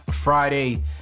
Friday